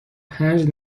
پنج